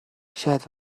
شاید